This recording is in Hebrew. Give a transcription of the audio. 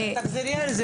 תחזרי על זה.